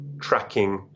tracking